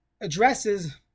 addresses